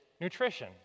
nutrition